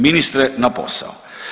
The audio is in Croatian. Ministre na posao.